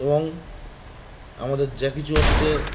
এবং আমাদের যা কিছু হচ্ছে